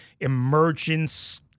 emergence